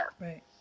right